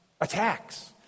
attacks